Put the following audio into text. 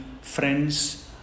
friends